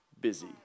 busy